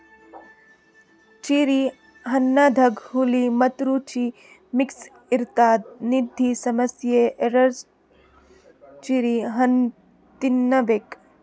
cherry ಹಣ್ಣದಾಗ್ ಹುಳಿ ಮತ್ತ್ ರುಚಿ ಮಿಕ್ಸ್ ಇರ್ತದ್ ನಿದ್ದಿ ಸಮಸ್ಯೆ ಇರೋರ್ ಚೆರ್ರಿ ಹಣ್ಣ್ ತಿನ್ನಬೇಕ್